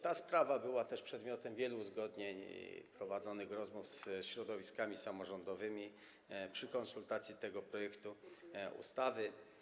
Ta sprawa była też przedmiotem wielu uzgodnień i prowadzonych rozmów ze środowiskami samorządowymi podczas konsultacji w przypadku tego projektu ustawy.